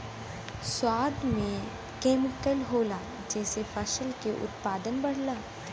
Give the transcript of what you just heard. खाद में केमिकल होला जेसे फसल के उत्पादन बढ़ला